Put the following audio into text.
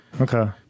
Okay